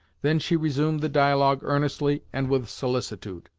then she resumed the dialogue earnestly and with solicitude.